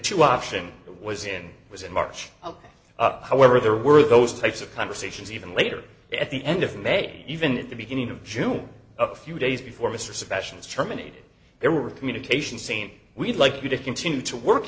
two option that was in was in march however there were those types of conversations even later at the end of may even at the beginning of june a few days before mr suppressions terminated there were communications seem we'd like you to continue to work